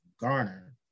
garner